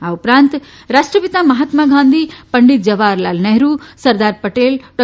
આ ઉપરાંત રાષ્ટ્રપિતા મહાત્મા ગાંધી પંડિત જવાહરલાલ નહેરૂ સરદાર પટેલ ડો